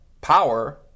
power